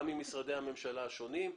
גם עם משרדי הממשלה השונים,